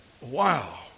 wow